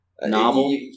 Novel